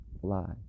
fly